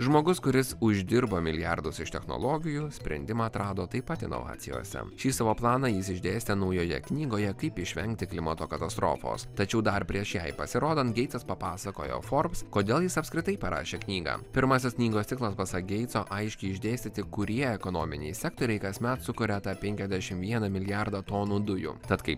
žmogus kuris uždirba milijardus iš technologijų sprendimą atrado taip pat inovacijose šį savo planą jis išdėstė naujoje knygoje kaip išvengti klimato katastrofos tačiau dar prieš jai pasirodant geitsas papasakojo forbes kodėl jis apskritai parašė knygą pirmasis knygos tikslas pasak geitso aiškiai išdėstyti kurie ekonominiai sektoriai kasmet sukuria tą penkiasdešimt vieną milijardą tonų dujų tad kai